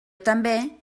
també